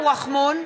רחמון,